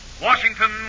Washington